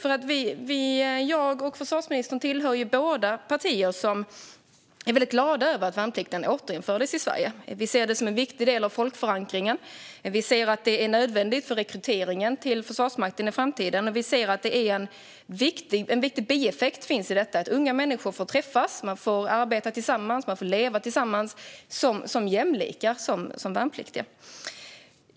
Både jag och försvarsministern tillhör partier som är mycket glada över att värnplikten återinfördes i Sverige. Vi ser det som en viktig del av folkförankringen, vi ser att det är nödvändigt för rekryteringen till Försvarsmakten i framtiden och vi ser att det finns en viktig bieffekt i detta genom att unga människor som värnpliktiga får träffas, arbeta tillsammans och leva tillsammans som jämlikar.